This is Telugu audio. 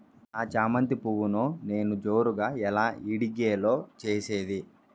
నా చామంతి పువ్వును నేను జోరుగా ఎలా ఇడిగే లో చేసేది?